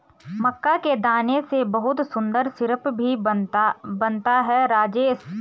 मक्का के दाने से बहुत सुंदर सिरप भी बनता है राजेश